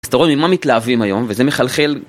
אז אתה רואה ממה מתלהבים היום וזה מחלחל